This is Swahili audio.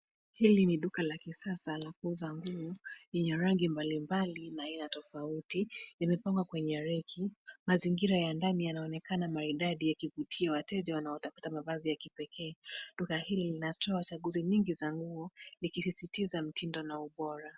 Hili ni duka la kisasa la kuuza nguo yenye rangi mbalimbali na ya tofauti. imepangwa kwenye reki. Mazingira ya ndani yanaonekana maridadi yakivutia wateja wanaotafuta mavazi ya kipekee. Duka hili linatoa chaguzi nyingi za nguo, likisisitiza mtindo na ubora.